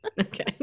okay